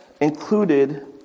included